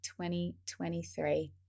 2023